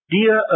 Dear